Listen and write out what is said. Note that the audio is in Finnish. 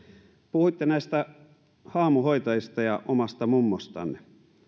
puhuitte näistä haamuhoitajista ja omasta mummostanne